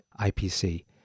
IPC